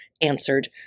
answered